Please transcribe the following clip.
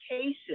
cases